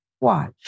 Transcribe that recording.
Watch